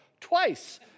twice